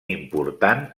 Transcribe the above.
important